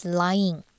lying